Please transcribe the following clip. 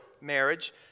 marriage